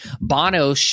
Bono